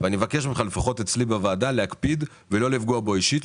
ואני מבקש ממך לפחות אצלי בוועדה להקפיד ולא לפגוע בו אישית,